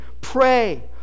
pray